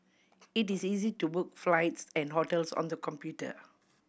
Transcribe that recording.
it is easy to book flights and hotels on the computer